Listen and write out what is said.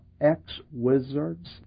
ex-wizards